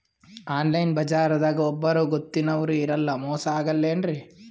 Online ಬಜಾರದಾಗ ಒಬ್ಬರೂ ಗೊತ್ತಿನವ್ರು ಇರಲ್ಲ, ಮೋಸ ಅಗಲ್ಲೆನ್ರಿ?